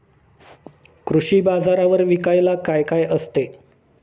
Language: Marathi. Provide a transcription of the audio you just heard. कृषी बाजारावर विकायला काय काय असते?